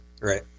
Right